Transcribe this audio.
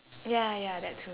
ya ya that too